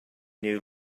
new